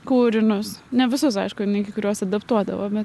kūrinius ne visus aišku kai kuriuos adaptuodavome